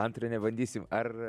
antrą nebandysim ar